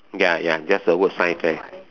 ya ya just the word science fair